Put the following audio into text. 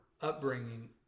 upbringing